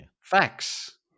Facts